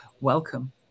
welcome